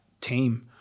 team